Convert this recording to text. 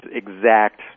exact